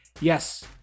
Yes